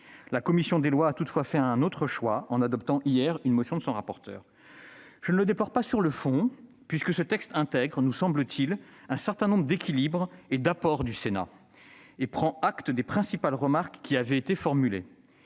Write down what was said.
La commission des lois a toutefois fait un autre choix, en adoptant hier une motion présentée par son rapporteur. Je le déplore non pas sur le fond, puisque ce texte intègre, à nos yeux, un certain nombre de points d'équilibre et d'apports du Sénat et prend acte des principales remarques qui avaient été formulées,